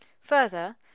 Further